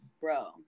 bro